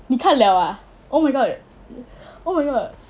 你看了 ah oh my god oh my god